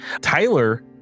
Tyler